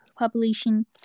population